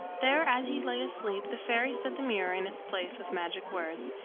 there as he lay asleep the fairies set the mirror in its place with magic words,